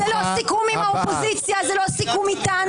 זה לא סיכום עם האופוזיציה, זה לא סיכום איתנו.